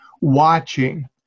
watching